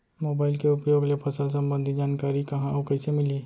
Mobile के उपयोग ले फसल सम्बन्धी जानकारी कहाँ अऊ कइसे मिलही?